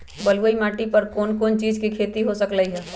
बलुई माटी पर कोन कोन चीज के खेती हो सकलई ह?